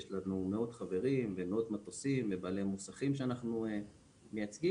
יש לנו מאות חברים ומאות מטוסים ובעלי מוסכים שאנחנו מייצגים.